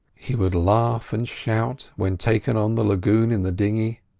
he would laugh and shout when taken on the lagoon in the dinghy,